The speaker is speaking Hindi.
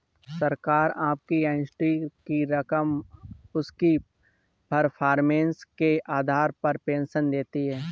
सरकार आपकी एन्युटी की रकम और उसकी परफॉर्मेंस के आधार पर पेंशन देती है